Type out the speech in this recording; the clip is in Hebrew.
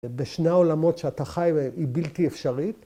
‫בשני העולמות שאתה חי בהן ‫היא בלתי אפשרית.